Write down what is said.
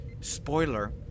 Spoiler